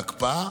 בהקפאה.